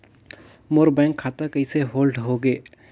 मोर bank खाता कइसे hold होगे?